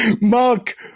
Mark